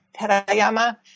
Terayama